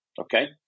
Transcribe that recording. Okay